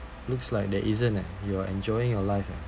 looks like there isn't leh you are enjoying your life